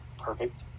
perfect